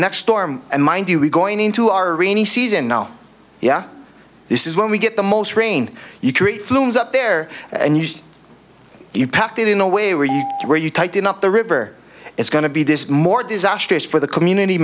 next storm and mind you we going into our rainy season oh yeah this is when we get the most rain you create flumes up there and you you packed it in no way were you were you tighten up the river is going to be this more disastrous for the community